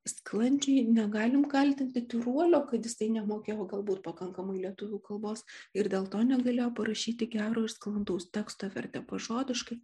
sklandžiai negalim kaltinti tyruolio kad jis tai nemokėjo galbūt pakankamai lietuvių kalbos ir dėl to negalėjo parašyti gero iš sklandaus teksto vertė pažodiškai